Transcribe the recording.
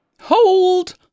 Hold